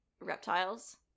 reptiles